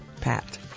Pat